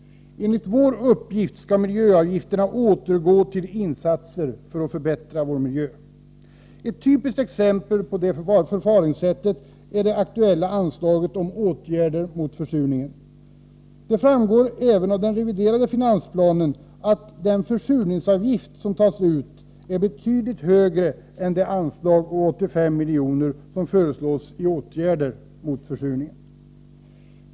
Enligt vår uppfattning skall miljöavgifterna återgå till insatser för att förbättra vår miljö. Ett typiskt exempel på detta förfaringssätt är det aktuella anslaget till åtgärder mot försurningen. Det framgår även av den reviderade finansplanen att den försurningsavgift som tas ut är högre än det anslag på 85 milj.kr. som föreslås till åtgärder mot försurningen.